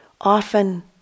often